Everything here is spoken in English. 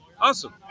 Awesome